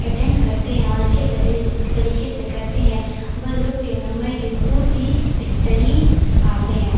attend کرتے ہیں اور اچھے طریقے سے کرتے ہیں وہ لوگ کے نمبر بھی بہت ہی بہترین آتے ہیں